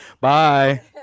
Bye